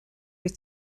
wyt